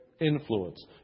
influence